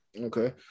Okay